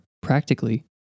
practically